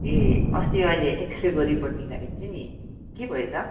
ए अस्ति मैले एक्सरेको रिपोर्ट निकालेको थिएँ नि के भएछ